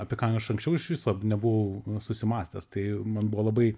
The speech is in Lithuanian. apie ką aš anksčiau iš viso nebuvau susimąstęs tai man buvo labai